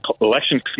Election